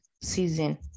season